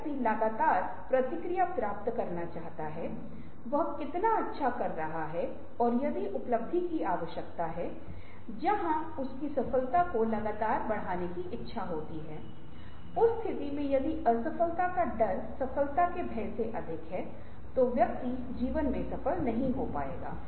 व्यक्तियों साथ ही उत्पादों और सेवाओं और कर्मचारियों की प्रेरणा में लगातार सुधार करने के लिए रणनीतियों को संशोधित करना भी इसका एक हिस्सा है जो नवीनीकरण कार्य में शामिल हैं